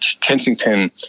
Kensington